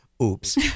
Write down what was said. Oops